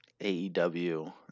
AEW